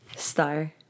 Star